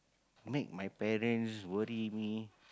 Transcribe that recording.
make my parents worry me